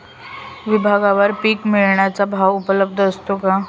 विभागवार पीक विकण्याचा भाव उपलब्ध असतो का?